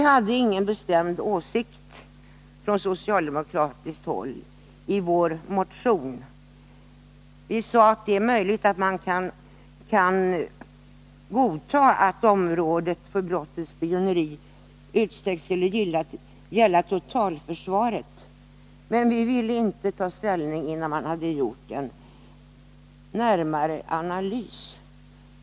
Från socialdemokratiskt håll redovisade vi ingen bestämd åsikt i vår motion. Vi sade att det var möjligt att man skulle kunna godta att området för brottet spioneri utsträcks till att gälla totalförsvaret, men vi ville inte ta ställning till detta innan man hade gjort en närmare analys.